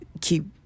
keep